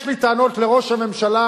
יש לי טענות לראש הממשלה,